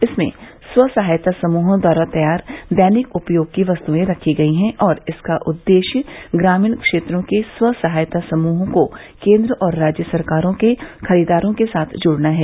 इसमें स्व सहायता समूहों द्वारा तैयार दैनिक उपयोग की वस्तुएं रखी गई हैं और इसका उद्देश्य ग्रामीण क्षेत्रों के स्व सहायता समूहों को केन्द्र और राज्य सरकारों के खरीदारों के साथ जोड़ना है